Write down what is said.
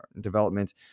development